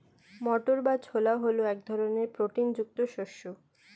মটর বা ছোলা হল এক ধরনের প্রোটিন যুক্ত শস্য